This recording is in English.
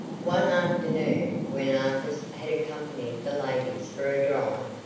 one afternoon, when artis had accompanied the ladies for a drive,